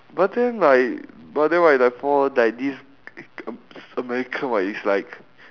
but then like but then right the poor like this american right is like